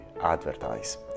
advertise